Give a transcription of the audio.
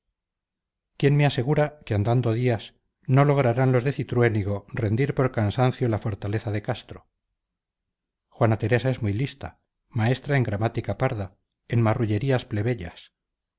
quién me asegura que andando días no lograrán los de cintruénigo rendir por cansancio la fortaleza de castro juana teresa es muy lista maestra en gramática parda en marrullerías plebeyas